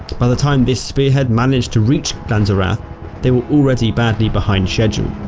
by the time this spearhead managed to reach lanzerath they were already badly behind schedule.